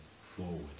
forward